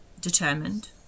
determined